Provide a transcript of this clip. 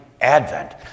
Advent